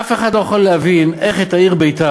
אף אחד לא יכול להבין איך את העיר ביתר